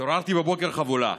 התעוררתי בבוקר חבולה,